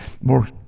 more